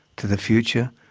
to the future,